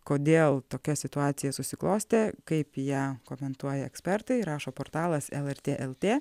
kodėl tokia situacija susiklostė kaip ją komentuoja ekspertai rašo portalas lrt lt